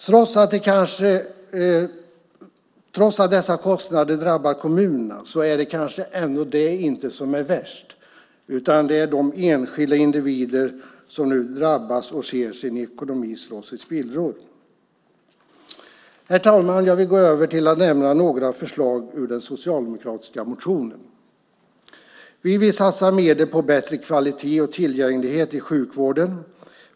Trots att dessa kostnader drabbar kommunerna är det kanske ändå inte det som är värst. Det värsta är att enskilda individer nu drabbas och får se sin ekonomi slås i spillror. Herr talman! Jag ska gå över till att nämna några förslag ur den socialdemokratiska motionen. Vi vill satsa medel på bättre kvalitet och tillgänglighet i sjukvården.